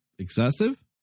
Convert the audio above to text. excessive